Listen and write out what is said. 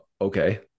Okay